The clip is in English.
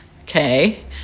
okay